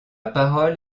parole